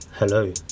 Hello